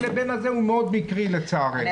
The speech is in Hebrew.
לבין מנהלי המקום הוא מאוד מקרי לצערנו.